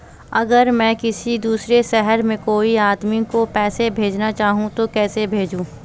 अगर मैं किसी दूसरे शहर में कोई आदमी को पैसे भेजना चाहूँ तो कैसे भेजूँ?